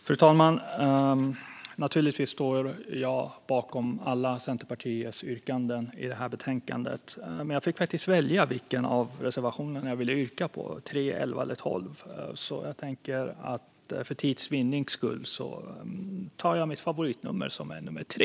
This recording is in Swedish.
Fru talman! Naturligtvis står jag bakom alla Centerpartiets yrkanden i betänkandet. Men jag fick faktiskt välja vilken reservation jag ville yrka bifall till, 3, 11 eller 12, och för tids vinnande tar jag mitt favoritnummer, nämligen reservation 3.